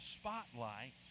spotlight